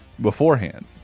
beforehand